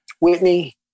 Whitney